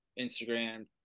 Instagram